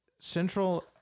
Central